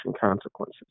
consequences